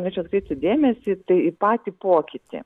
norėčiau atkreipti dėmesį tai į patį pokytį